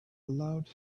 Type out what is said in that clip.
allowed